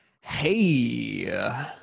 Hey